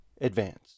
advance